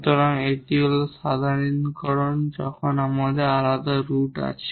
সুতরাং এটি হল সাধারণীকরণ যখন আমাদের আলাদা রুট আছে